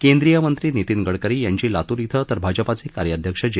केंद्रीय मंत्री नितीन गडकरी यांची लातूर इथं तर भाजपाचे कार्याध्यक्ष जे